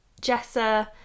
Jessa